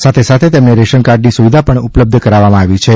સાથે સાથે તેમને રેશનકાર્ડની સુવિધાપણ ઉપલબ્ધ કરાવવામાં આવી છે